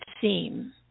theme